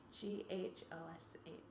G-H-O-S-H